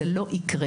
זה לא ייקרה.